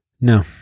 No